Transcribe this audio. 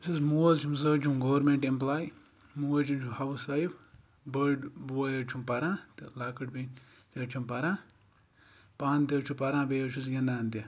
یُس حظ مول چھُم سُہ حظ چھُم گورمینٛٹ ایٚمپلاے موج حظ چھَم ہاوُس وایِف بٔڈ بوے حظ چھُم پَران تہٕ لَکٕٹ بیٚنہِ تہِ حظ چھَم پَران پانہٕ تہِ حظ چھُ پَران بیٚیہِ حظ چھُس گِنٛدان تہِ